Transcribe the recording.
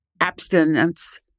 abstinence